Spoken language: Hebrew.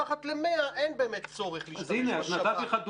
מתחת ל-100 אין באמת צורך להשתמש בשב"כ.